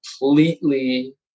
completely